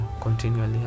continually